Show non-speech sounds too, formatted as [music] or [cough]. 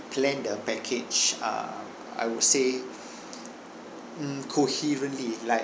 planned the package uh I would say [breath] mm coherently like